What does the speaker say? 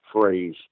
phrase